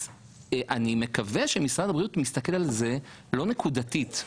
אז אני מקווה שמשרד הבריאות מסתכלים על זה לא נקודתית,